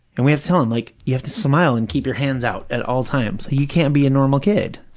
and we have to tell him, like, you have to smile and keep your hands out at all times. you can't be a normal kid.